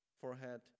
forehead